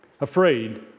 afraid